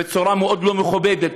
בצורה מאוד לא מכובדת,